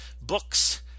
Books